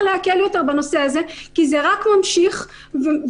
יותר להקל בנושא הזה כי זה רק ממשיך ומחמיר,